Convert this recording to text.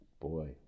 Boy